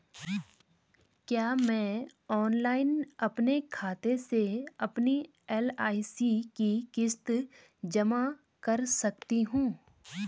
क्या मैं ऑनलाइन अपने खाते से अपनी एल.आई.सी की किश्त जमा कर सकती हूँ?